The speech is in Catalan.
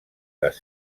les